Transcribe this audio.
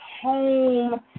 home